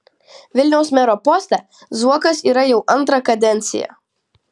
vilniaus mero poste zuokas yra jau antrą kadenciją